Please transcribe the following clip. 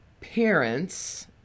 parents